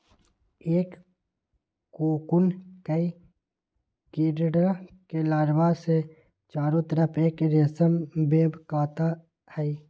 एक कोकून कई कीडड़ा के लार्वा के चारो तरफ़ एक रेशम वेब काता हई